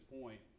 point